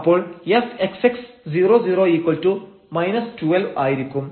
അപ്പോൾ fxx 00 12 ആയിരിക്കും